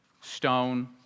stone